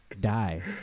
die